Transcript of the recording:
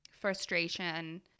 frustration